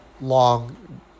long